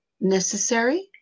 necessary